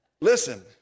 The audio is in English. Listen